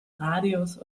radius